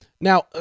Now